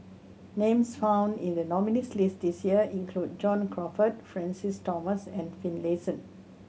names found in the nominees' list this year include John Crawfurd Francis Thomas and Finlayson